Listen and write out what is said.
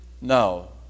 No